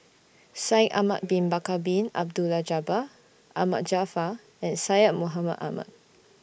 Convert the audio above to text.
Shaikh Ahmad Bin Bakar Bin Abdullah Jabbar Ahmad Jaafar and Syed Mohamed Ahmed